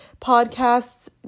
podcasts